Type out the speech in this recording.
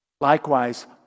Likewise